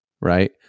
right